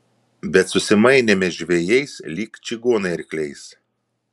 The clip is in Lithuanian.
bet susimainėme žvejais lyg čigonai arkliais